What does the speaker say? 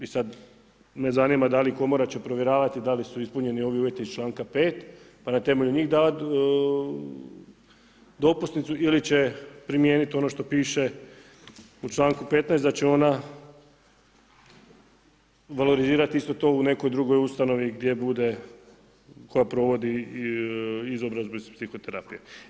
I sad me zanima da li komora će provjeravati da li su ispunjeni ovi uvjeti iz članka 5. pa na temelju njih davati dopusnicu ili će primijeniti ono što piše u članku 15., da će ona valorizirati isto to u nekoj drugoj ustanovi koja provodi izobrazbu iz psihoterapije.